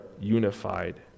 unified